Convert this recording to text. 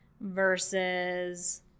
versus